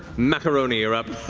macaroni, you're up.